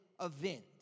event